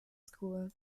school